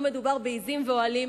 לא מדובר בעזים ובאוהלים,